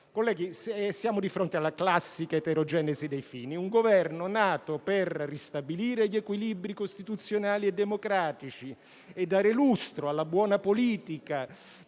Colleghi, siamo di fronte alla classica eterogenesi dei fini: un Governo nato per ristabilire gli equilibri costituzionali e democratici e dare lustro alla buona politica,